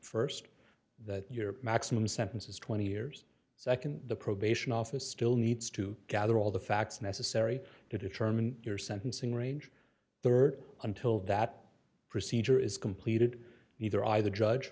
st that your maximum sentence is twenty years nd the probation office still needs to gather all the facts necessary to determine your sentencing range rd until that procedure is completed either either judge